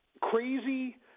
crazy